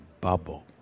bubble